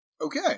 Okay